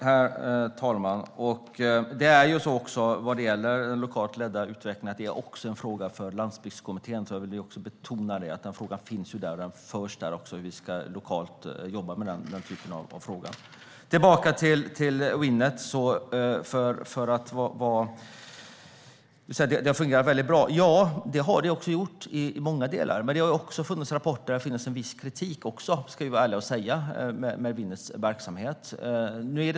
Herr talman! Även lokalt ledd utveckling är en fråga för Landsbygdskommittén. Jag vill betona att frågan om hur vi lokalt ska jobba med den typen av frågor finns där och förs där. Tillbaka till Winnet och att det har fungerat väldigt bra: Ja, det har det gjort i många delar. Men det har också funnits rapporter med en viss kritik, ska vi vara ärliga och säga, av Winnets verksamhet.